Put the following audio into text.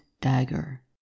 dagger